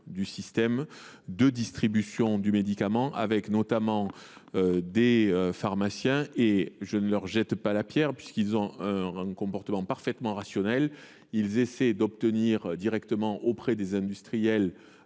du système de distribution du médicament, avec notamment, des pharmaciens – disant cela, je ne leur jette pas la pierre, car leur comportement est parfaitement rationnel – qui essaient d’obtenir directement auprès des industriels